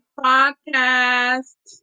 podcast